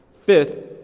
Fifth